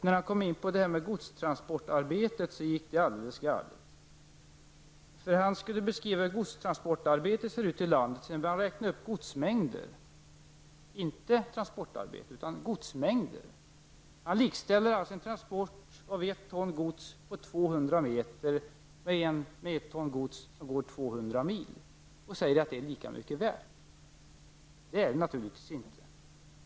När han kom in på godstransportarbetet gick det helt galet. När Olle Östrand skulle beskriva hur godstransportarbetet ser ut i landet började han räkna upp godsmängder, inte transportarbete. Han likställer således en transport av ett ton gods på 200 meter med ett ton gods som går 200 mil och säger att det är lika mycket värt. Det är det naturligtvis inte.